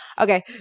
Okay